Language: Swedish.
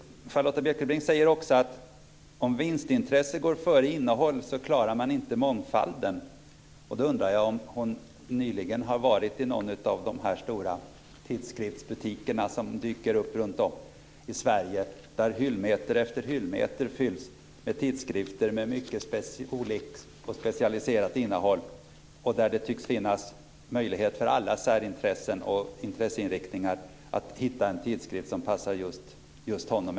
Charlotta Bjälkebring säger också att om vinstintresse går före innehåll klarar man inte mångfalden. Då undrar jag om hon nyligen har varit i någon av de stora tidskriftsbutiker som dyker upp runt om i Sverige där hyllmeter efter hyllmeter fylls med tidskrifter med olika, mycket specialiserat, innehåll. Det tycks finnas en möjlighet för alla särintressen och intresseinriktningar att hitta en tidskrift som passar.